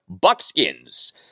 Buckskins